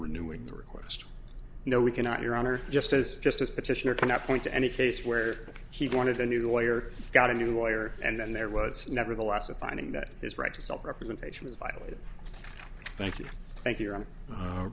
renewing the request no we cannot your honor just as just as petitioner cannot point to any case where he wanted a new lawyer got a new lawyer and then there was never the last a finding that his right to self representation is violated thank you thank you